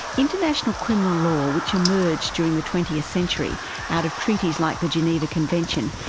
international criminal law, which emerged during the twentieth century out of treaties like the geneva conventions,